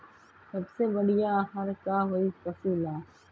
सबसे बढ़िया आहार का होई पशु ला?